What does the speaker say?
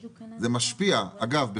אגב,